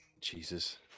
Jesus